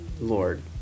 Lord